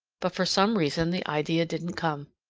but for some reason the idea didn't come.